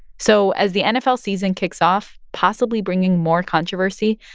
so as the nfl season kicks off, possibly bringing more controversy,